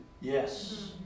Yes